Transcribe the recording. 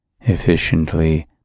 efficiently